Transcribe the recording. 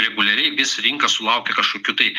reguliariai vis rinka sulaukia kažkokių tai